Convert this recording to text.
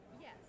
Yes